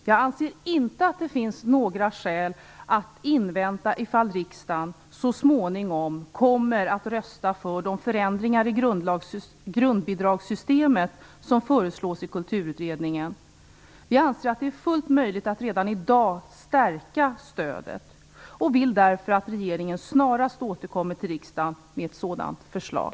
Jag anser inte att det finns några skäl att invänta att riksdagen eventuellt så småningom kommer att rösta för de förändringar i grundbidragssystemen som föreslås i Kulturutredningen. Vi anser att det är fullt möjligt att redan i dag stärka stödet och vill därför att regeringen snarast återkommer till riksdagen med ett sådant förslag.